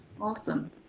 Awesome